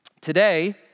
Today